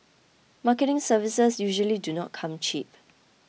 marketing services usually do not come cheap